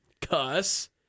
cuss